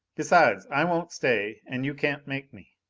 besides, i won't stay and you can't make me.